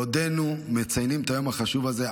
בעודנו מציינים את היום החשוב הזה,